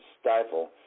stifle